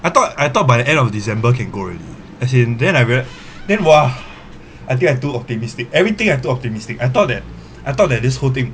I thought I thought by the end of december can go already as in then I real~ then !wah! I think I too optimistic everything I'm too optimistic I thought that I thought that this whole thing